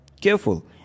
careful